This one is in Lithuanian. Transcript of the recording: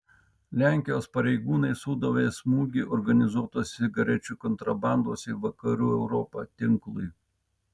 lenkijos pareigūnai sudavė smūgį organizuotos cigarečių kontrabandos į vakarų europą tinklui